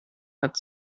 hat